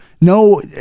No